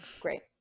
Great